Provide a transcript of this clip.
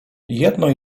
jedno